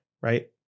right